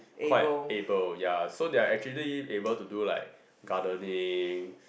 quite able ya so they are actually able to do like gardening